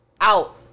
out